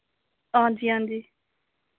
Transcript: हांजी हांजी